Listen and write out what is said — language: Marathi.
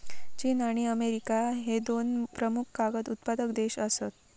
चीन आणि अमेरिका ह्ये दोन प्रमुख कागद उत्पादक देश आसत